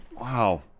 wow